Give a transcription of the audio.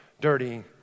dirty